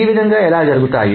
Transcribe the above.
ఈ విధంగా జరుగుతాయి